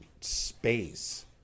space